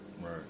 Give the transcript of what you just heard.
Right